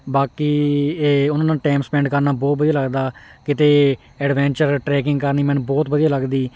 ਬਾਕੀ ਇਹ ਉਹਨਾਂ ਨਾਲ ਟੈਮ ਸਪੈਂਡ ਕਰਨਾ ਬਹੁਤ ਵਧੀਆ ਲੱਗਦਾ ਕਿਤੇ ਐਡਵੈਂਚਰ ਟਰੈਕਿੰਗ ਕਰਨੀ ਮੈਨੂੰ ਬਹੁਤ ਵਧੀਆ ਲੱਗਦੀ